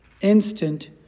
instant